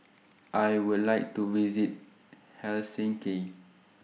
I Would like to visit Helsinki